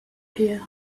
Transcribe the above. here